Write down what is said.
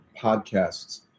podcasts